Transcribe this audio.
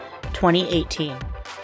2018